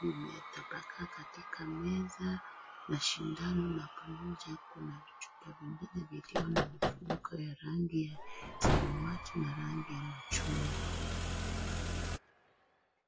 vimetapakaa katika meza na shindano na pamoja kuna chupa vingine vilio na vifuniko ya rangi ya samawati na rangi ya machungwa.